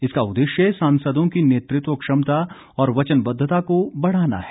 इसका उद्देश्य सांसदों की नेतृत्व क्षमता और वचनबद्धता को बढ़ाना है